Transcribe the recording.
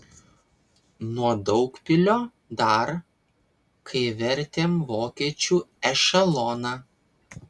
nuo daugpilio dar kai vertėm vokiečių ešeloną